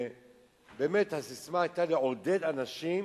הססמה רצתה לעודד אנשים